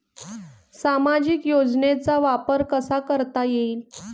सामाजिक योजनेचा वापर कसा करता येईल?